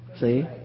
see